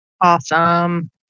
Awesome